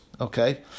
Okay